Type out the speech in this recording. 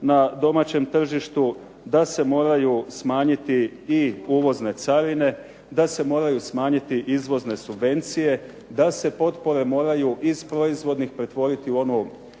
na domaćem tržištu, da se moraju smanjiti i uvozne carine, da se moraju smanjiti izvozne subvencije, da se potpore moraju iz proizvodnih pretvoriti u ono što